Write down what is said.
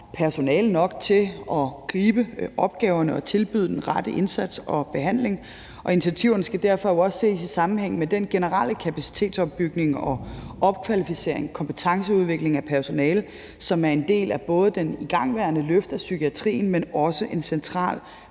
personale nok til at gribe opgaverne og tilbyde den rette indsats og behandling. Initiativerne skal jo derfor også ses i sammenhæng med den generelle kapacitetsopbygning samt opkvalificering og kompetenceudvikling af personale, som er en del af både det igangværende løft af psykiatrien, men også en central